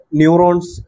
neurons